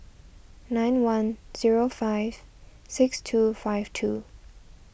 nine one zero five six two five two